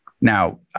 Now